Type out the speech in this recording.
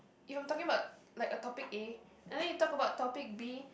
you talking about like a topic A and then you talk about topic B